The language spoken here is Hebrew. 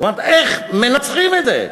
איך מנצחים את זה?